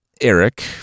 Eric